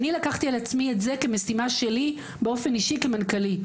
אני לקחתי על עצמי את זה כמשימה שלי באופן אישי כמנכ"לית,